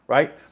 Right